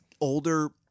older